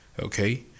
Okay